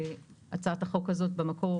הצעת החוק הזו במקור,